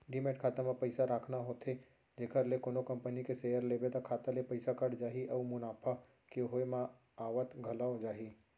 demat खाता म पइसा राखना होथे जेखर ले कोनो कंपनी के सेयर लेबे त खाता ले पइसा कट जाही अउ मुनाफा के होय म आवत घलौ जाही